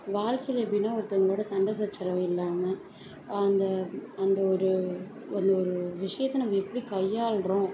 வாழ்கையில எப்படினா ஒருத்தவங்களோடு சண்டை சச்சரவு இல்லாமல் அந்த அந்த ஒரு அந்த ஒரு விஷயத்த நம்ம எப்படி கையாள்கிறோம்